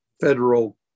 federal